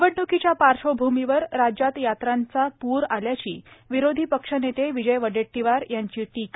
निवडणुकीच्या पार्श्वभूमीवर राज्यात यात्रांचा पूर आल्याची विरोधी पक्षनेते विजय वडेट्टीवर यांची टीका